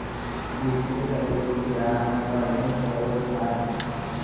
किरसी ह देस के आय म परमुख सरोत आय